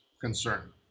concern